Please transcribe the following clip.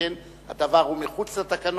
שכן הדבר הוא מחוץ לתקנון,